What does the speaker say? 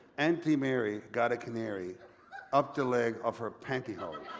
auntie mary got a canary up the leg of her pantyhose.